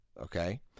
okay